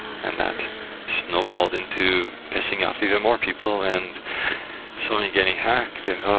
and that snowballed into pissing off even more people and so many getting hacked and oh,